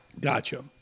Gotcha